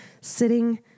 sitting